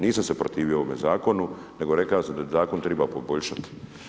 Nisam se protivio ovome zakonu, nego rekao sam da zakon treba poboljšati.